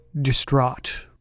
distraught